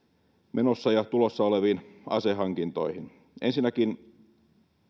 menossa ja tulossa oleviin asehankintoihin ensinnäkin